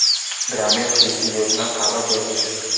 ग्रामीण कृषि योजना काबर जरूरी हे?